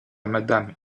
madame